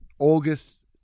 August